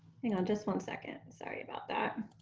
and um just one second sorry about that